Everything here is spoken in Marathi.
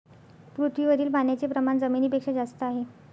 पृथ्वीवरील पाण्याचे प्रमाण जमिनीपेक्षा जास्त आहे